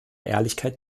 ehrlichkeit